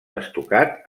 estucat